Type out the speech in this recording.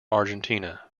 argentina